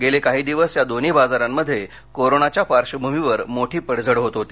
गेले काही दिवस या दोन्ही बाजारांमध्ये कोरोनाच्या पार्श्वभूमीवर मोठी पडझड होत होती